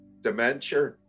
dementia